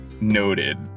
noted